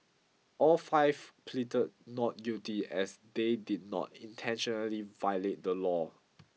all five pleaded not guilty as they did not intentionally violate the law